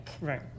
Right